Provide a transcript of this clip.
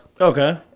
Okay